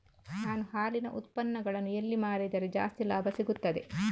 ನಾನು ಹಾಲಿನ ಉತ್ಪನ್ನಗಳನ್ನು ಎಲ್ಲಿ ಮಾರಿದರೆ ಜಾಸ್ತಿ ಲಾಭ ಸಿಗುತ್ತದೆ?